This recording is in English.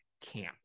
camp